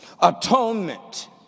atonement